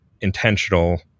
intentional